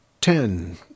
ten